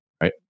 Right